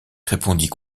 répondit